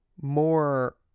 more